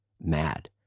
mad